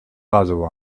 other